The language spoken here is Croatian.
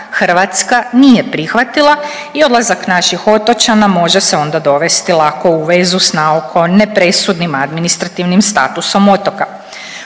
Hrvatska nije prihvatila i odlazak naših otočana može se onda lako dovesti u vezu s naoko nepresudnim administrativnim statusom otoka.